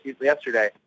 yesterday